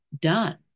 done